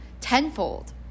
tenfold